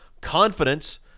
confidence